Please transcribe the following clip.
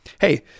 hey